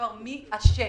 מי אשם.